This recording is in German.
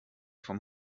vom